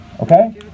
Okay